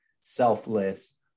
selfless